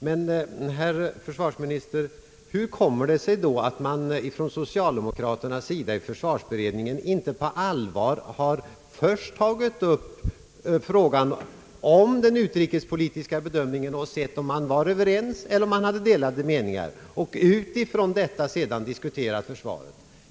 Men, herr försvarsminister, hur kommer det sig då att man från socialdemokraternas sida i försvarsberedningen inte på allvar först tagit upp frågan om den utrikespolitiska bedömningen och sett efter om man var överens eller om man hade delade meningar och utifrån detta sedan diskuterat försvaret.